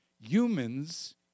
humans